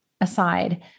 aside